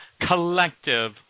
collective